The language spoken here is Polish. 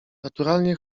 naturalnie